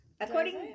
According